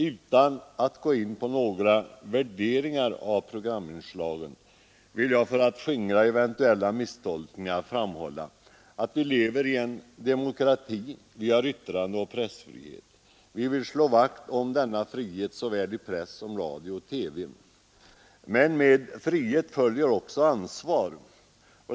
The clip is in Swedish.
Utan att gå in på några värderingar av programinslagen vill jag för att skingra eventuella misstolkningar framhålla att vi lever i en demokrati och att vi har yttrandeoch pressfrihet. Vi vill slå vakt om denna frihet såväl i press som i radio och TV. Men med frihet följer också ansvar.